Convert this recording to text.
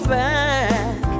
back